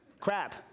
Crap